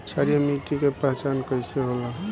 क्षारीय मिट्टी के पहचान कईसे होला?